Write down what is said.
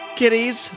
kitties